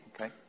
Okay